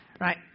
right